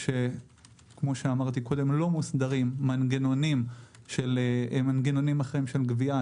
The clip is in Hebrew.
כשלא מוסדרים מנגנונים אחרים של גבייה,